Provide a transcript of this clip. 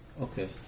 Okay